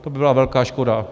To by byla velká škoda.